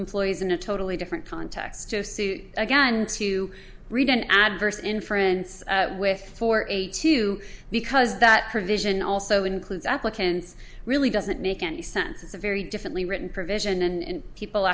employees in a totally different context of suit again to read an adverse inferences with four eight two because that provision also includes applicants really doesn't make any sense it's a very differently written provision and people